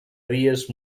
dies